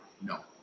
No